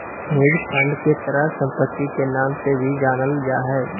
hedge fund के तरल सम्पत्ति के नाम से भी जानल जा हय